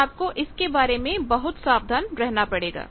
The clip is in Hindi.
तो आपको इसके बारे में बहुत सावधान रहना पड़ेगा